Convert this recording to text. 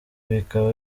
bikaba